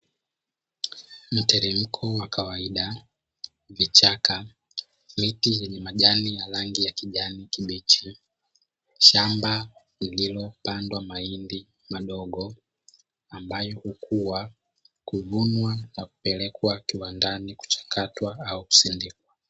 Mteremko wa kawaida, vichaka, miti yenye majani ya rangi ya kijani kibichi, shamba lililopandwa mahindi madogo ambayo huvunwa na kupelekwa kiwandani kuchakatwa au kusindikwa.